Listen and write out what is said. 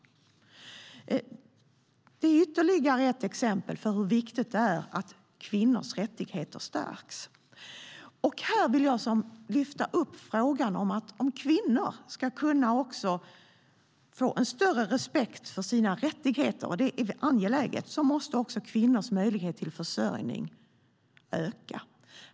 Det är ytterligare ett exempel på hur viktigt det är att kvinnors rättigheter stärks. Om kvinnor ska kunna få en större respekt för sina rättigheter, vilket är angeläget, måste också kvinnors möjligheter till försörjning öka.